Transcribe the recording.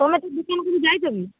ତୁମେ ସେଇଠି ଦୁଇ ତିନି ଦିନ ଯାଇଛ କି